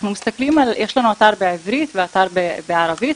יש לנו אתר בעברית ואתר בערבית,